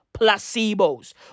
placebos